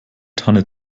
tanne